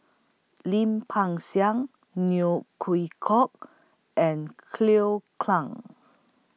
Lim Peng Siang Neo Chwee Kok and Cleo